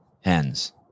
hens